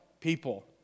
people